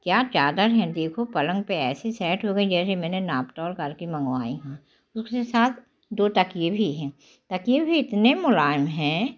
क्या चादर है देखो पलंग पे ऐसे सैट हो गई जैसे मैंने नाप तोल कर के मंगवाई हों उसके साथ दो तकिये भी हैं तकिये भी इतने मुलायम हैं